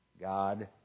God